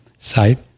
Site